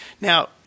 Now